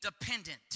dependent